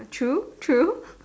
true true